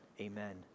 amen